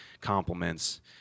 compliments